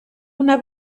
una